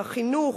החינוך,